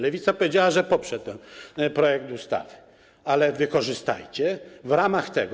Lewica powiedziała, że poprze ten projekt ustawy, ale wykorzystajcie w ramach tego.